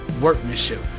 workmanship